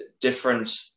different